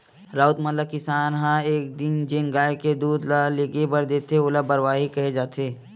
राउत मन ल किसान ह एक दिन जेन गाय के दूद ल लेगे बर देथे ओला बरवाही केहे जाथे